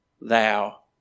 thou